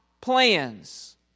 plans